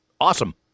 Awesome